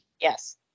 Yes